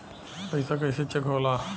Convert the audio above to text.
पैसा कइसे चेक होला?